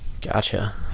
Gotcha